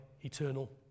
eternal